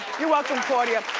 you're welcome, claudia.